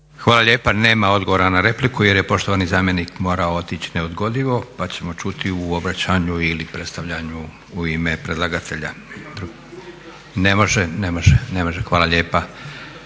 Hvala lijepa. Nema odgovora na repliku, jer je poštovani zamjenik morao otići neodgodivo pa ćemo čuti u obraćanju ili predstavljanju u ime predlagatelja. …/Upadica sa strane, ne čuje se./… Ne